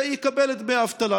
שיקבל את דמי האבטלה.